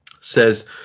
says